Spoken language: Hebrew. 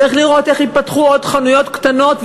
צריך לראות איך ייפתחו עוד חנויות קטנות,